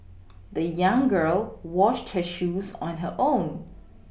the young girl washed shoes on her own